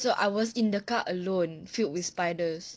so I was in the car alone filled with spiders